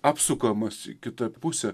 apsukamas į kitą pusę